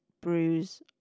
bruise